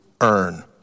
earn